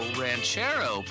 ranchero